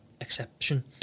exception